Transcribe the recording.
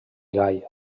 gall